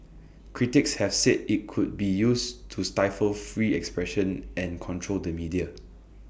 critics have said IT could be used to stifle free expression and control the media